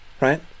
right